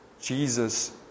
Jesus